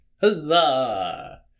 Huzzah